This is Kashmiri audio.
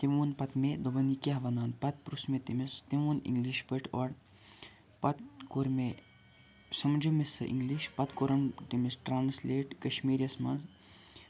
تٔمۍ وون پتہٕ مےٚ دوٚپُن یہِ کیاہ وَنان پتہٕ پِرٛوژھ مےٚ تٔمِس تٔمۍ وون اِنٛگلِش پٲٹھۍ اورٕ پتہٕ کوٚر مےٚ سَمجو مےٚ سُہ اِنٛگلِش پتہٕ کوٚرُم تٔمِس ٹرٛانٕسلیٹ کَشمیٖرِیَس منٛز